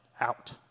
out